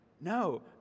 No